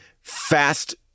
fast